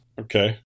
Okay